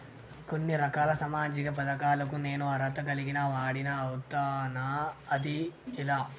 కొన్ని రకాల సామాజిక పథకాలకు నేను అర్హత కలిగిన వాడిని అవుతానా? అది ఎలా?